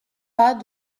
pas